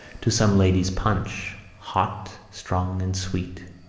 to some ladies' punch, hot, strong and sweet.